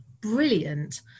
brilliant